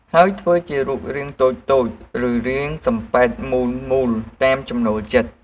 ហើយធ្វើជារាងមូលតូចៗ ឬរាងសំប៉ែតមូលៗតាមចំណូលចិត្ត។